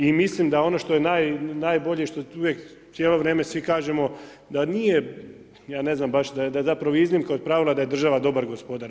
I mislim da ono što je najbolje i što uvijek cijelo vrijeme svi kažemo da nije, ja ne znam baš da je zapravo iznimka od pravila da je država dobar gospodar.